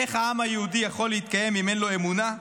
איך העם היהודי יכול להתקיים אם אין לו אמונה,